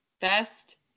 best